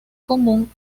común